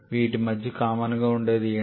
వీటి మధ్య కామన్ గా ఉండేది ఏమిటి